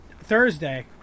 Thursday